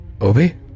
Obi